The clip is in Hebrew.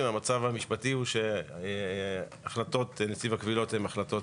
המצב המשפטי הוא שהחלטות נציב הקבילות הן החלטות